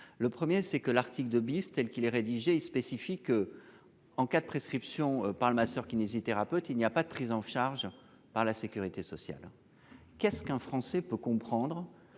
le 1er c'est que l'article 2 bis telle qu'il est rédigé spécifiques. En cas de prescription par le masseur kinésithérapeute. Il n'y a pas de prise en charge par la Sécurité sociale. Qu'est-ce qu'un Français peut comprendre